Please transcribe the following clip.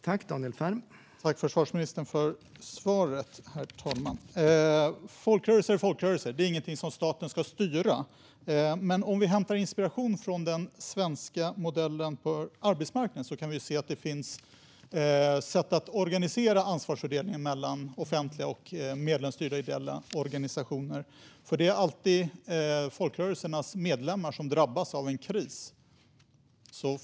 Herr talman! Tack, försvarsministern, för svaret! Folkrörelser är folkrörelser. De är ingenting som staten ska styra. Men om vi hämtar inspiration från den svenska modellen för arbetsmarknaden kan vi se att det finns sätt att organisera ansvarsfördelningen mellan det offentliga och medlemsstyrda ideella organisationer. Det är alltid folkrörelsernas medlemmar som drabbas av en kris.